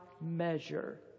measure